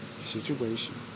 situation